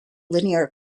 linear